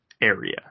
area